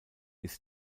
ist